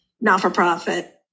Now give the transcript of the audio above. not-for-profit